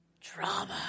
drama